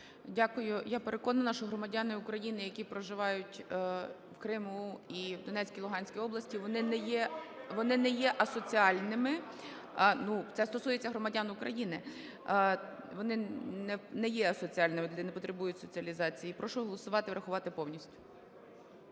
Дякую. Я переконана, що громадяни України, які проживають в Криму і в Донецькій, і Луганській області, вони не є асоціальними. Це стосується громадян України. Вони не є асоціальними і не потребують соціалізації. Прошу голосувати і врахувати повністю.